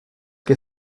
que